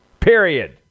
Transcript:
Period